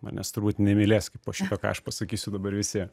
manęs turbūt nemylės kaip po šito ką aš pasakysiu dabar visi